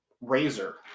Razor